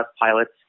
pilots